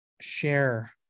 share